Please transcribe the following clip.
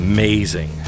Amazing